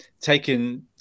taken